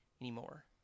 anymore